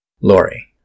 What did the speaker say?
Lori